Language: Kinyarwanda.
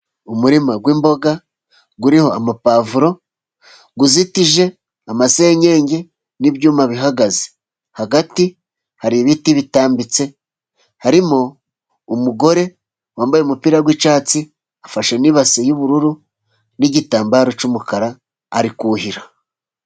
Umurima w'imboga uriho amapavuro uzitije amasenyenge n'ibyuma bihagaze, hagati hari ibiti bitambitse harimo umugore wambaye umupira w'icyatsi, afashe n'ibase y'ubururu n'igitambaro cy'umukara ari kuhira.